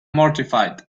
mortified